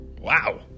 wow